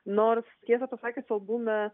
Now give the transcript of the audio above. nors tiesą pasakius albume